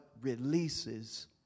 releases